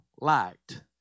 liked